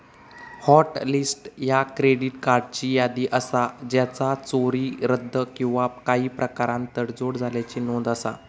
hot list ह्या credit कार्ड्सची यादी असा ज्याचा चोरी, रद्द किंवा काही प्रकारान तडजोड झाल्याची नोंद असा